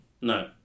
No